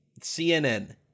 CNN